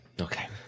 Okay